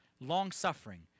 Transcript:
long-suffering